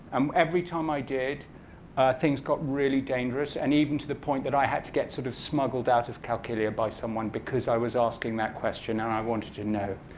um every time i did things got really dangerous and even to the point that i had to get sort of smuggled out of qalqilya by someone because i was asking that question, and i wanted to know.